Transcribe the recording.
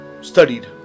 studied